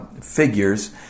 figures